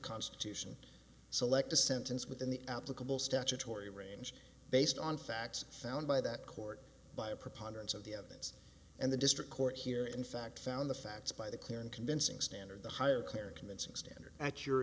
constitution select the sentence within the applicable statutory range based on facts found by that court by a preponderance of the evidence and the district court here in fact found the facts by the clear and convincing standard the higher cleric convincing standard at your